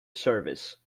service